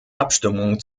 abstimmung